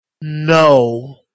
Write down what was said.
No